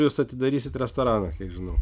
jūs atidarysit restoraną kiek žinau